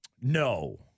No